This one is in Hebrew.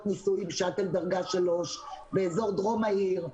ניסוי עם שאטל דרגה 3 באזור דרום העיר,